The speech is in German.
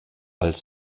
als